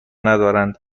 ندارند